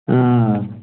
آ